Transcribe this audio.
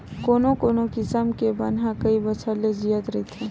कोनो कोनो किसम के बन ह कइ बछर ले जियत रहिथे